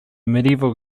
medieval